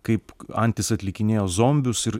kaip antis atlikinėjo zombius ir